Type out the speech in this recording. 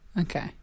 Okay